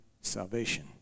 salvation